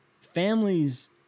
Families